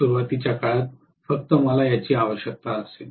सुरुवातीच्या काळात फक्त मला याची आवश्यकता असेल